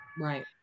Right